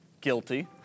Guilty